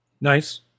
Nice